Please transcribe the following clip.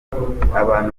abantu